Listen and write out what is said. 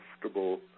comfortable